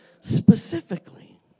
specifically